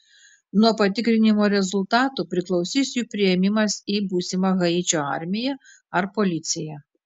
nuo patikrinimo rezultatų priklausys jų priėmimas į būsimą haičio armiją ar policiją